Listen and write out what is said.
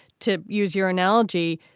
to use your analogy.